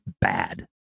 bad